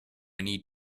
need